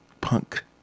punk